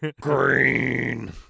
Green